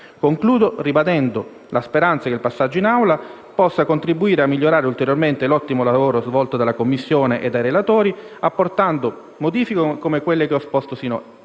Concludo ribadendo la speranza che il passaggio in Aula possa contribuire a migliorare ulteriormente l'ottimo lavoro svolto dalla Commissione e dai relatori, apportando modifiche come quelle che ho esposto finora,